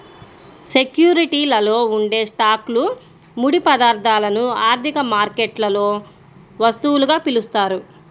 సెక్యూరిటీలలో ఉండే స్టాక్లు, ముడి పదార్థాలను ఆర్థిక మార్కెట్లలో వస్తువులుగా పిలుస్తారు